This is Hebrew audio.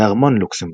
בארמון לוקסמבורג.